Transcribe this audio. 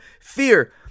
Fear